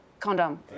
Condom